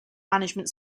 management